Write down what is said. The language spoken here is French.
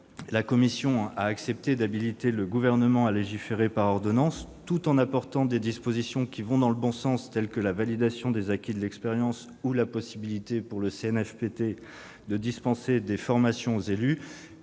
la commission a accepté d'habiliter le Gouvernement à légiférer par ordonnance tout en apportant des dispositions qui vont dans le bon sens, telles que la validation des acquis de l'expérience ou la possibilité pour le CNFPT de dispenser des formations aux élus.